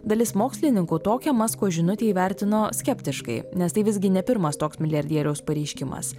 dalis mokslininkų tokią masko žinutę įvertino skeptiškai nes tai visgi ne pirmas toks milijardieriaus pareiškimas